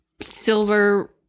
silver